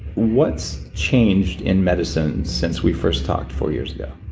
what's changed in medicine since we first talked four years ago?